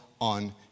on